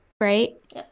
Right